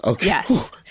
Yes